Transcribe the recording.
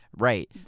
Right